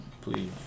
Please